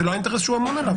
זה לא האינטרס שהוא אמון עליו,